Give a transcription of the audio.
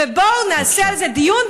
בואו נעשה על זה דיון,